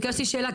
ביקשתי שאלה.